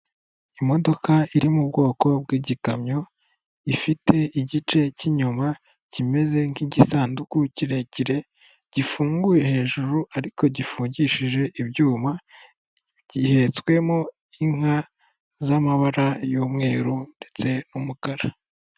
Imodoka iri mu bwoko bw'igikamyo, ifite igice k'inyuma kimeze nk'igisanduku kirekire gifunguye, hejuru ariko gifungishije ibyuma gihetswemo inka z'amabara y'umweru ndetse n'umukara.